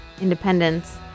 Independence